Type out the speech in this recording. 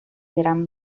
gran